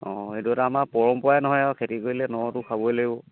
অঁ সেইটো এটা আমাৰ পৰম্পৰাই নহয় আৰু খেতি কৰিলে নতো খাবই লাগিব